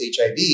HIV